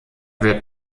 wird